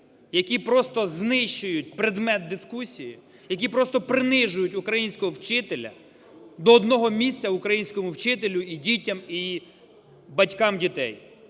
які просто знищують предмет дискусії, які просто принижують українського вчителя, до одного місця українському вчителю і дітям, і батькам дітей.